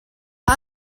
mae